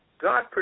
God